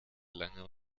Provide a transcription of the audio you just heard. lange